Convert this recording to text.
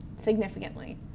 significantly